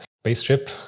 spaceship